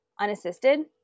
unassisted